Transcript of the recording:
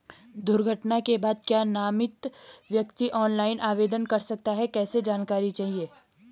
दुर्घटना के बाद क्या नामित व्यक्ति ऑनलाइन आवेदन कर सकता है कैसे जानकारी चाहिए?